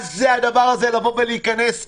מה זה הדבר הזה, להיכנס אליי,